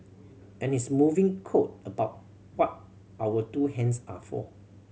and his moving quote about what our two hands are for